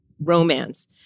romance